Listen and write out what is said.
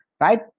right